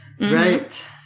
Right